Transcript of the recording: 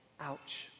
Ouch